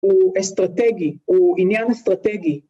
‫הוא אסטרטגי, הוא עניין אסטרטגי.